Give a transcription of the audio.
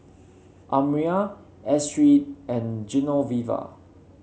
Almyra Astrid and Genoveva